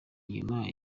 inyuma